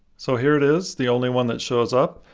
so here it is, the only one that shows up,